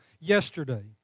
yesterday